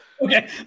Okay